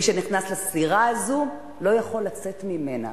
מי שנכנס לסירה הזו לא יכול לצאת ממנה,